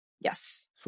Yes